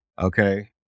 Okay